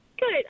Good